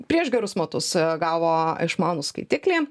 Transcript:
prieš gerus metus gavo išmanų skaitiklį